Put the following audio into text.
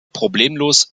problemlos